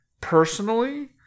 personally